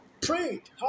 prayed